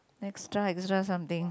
extra extra something